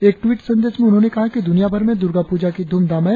एक ट्वीट में उन्होंने कहा है कि दुनिया भर में दुर्गा पूजा की धुमधाम है